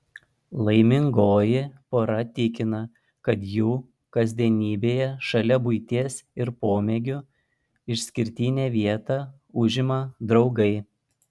laimingoji pora tikina kad jų kasdienybėje šalia buities ir pomėgių išskirtinę vietą užima draugai